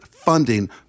funding